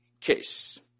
case